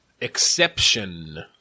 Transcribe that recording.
exception